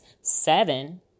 seven